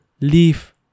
leave